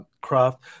craft